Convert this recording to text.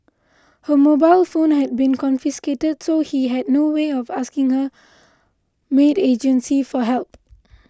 her mobile phone had been confiscated so she had no way of asking her maid agency for help